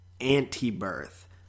Anti-Birth